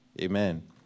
Amen